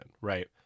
right